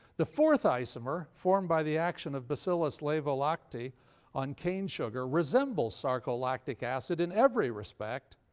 the fourth isomer, formed by the action of bacillus laevolacti on cane sugar resembles sarcolactic acid in every respect,